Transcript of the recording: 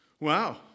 Wow